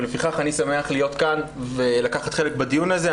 ולפיכך אני שמח להיות כאן ולקחת חלק בדיון הזה.